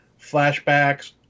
flashbacks